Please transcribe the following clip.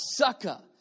sucka